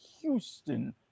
Houston